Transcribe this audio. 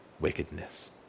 wickedness